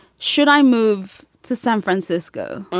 should i move to san francisco?